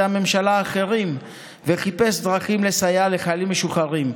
הממשלה האחרים וחיפש דרכים לסייע לחיילים משוחררים.